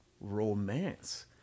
romance